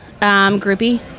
groupie